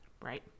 Right